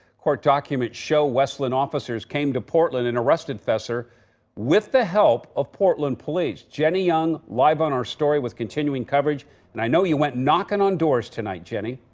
court documents show west linn officers came to portland and arrested fester with the help of portland police jenny ung live on our story was continuing coverage and i know you went knocking on doors tonight, jenny.